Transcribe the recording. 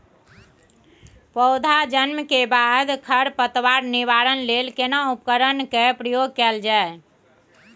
पौधा जन्म के बाद खर पतवार निवारण लेल केना उपकरण कय प्रयोग कैल जाय?